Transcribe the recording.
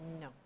No